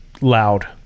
loud